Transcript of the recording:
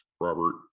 robert